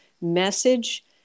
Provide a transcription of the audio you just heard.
message